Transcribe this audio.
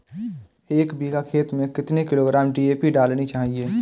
एक बीघा खेत में कितनी किलोग्राम डी.ए.पी डालनी चाहिए?